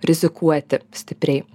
rizikuoti stipriai